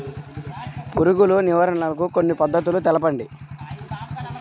పురుగు నివారణకు కొన్ని పద్ధతులు తెలుపండి?